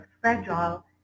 fragile